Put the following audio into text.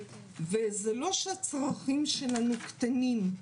זה לא שהצרכים שלנו קטנים.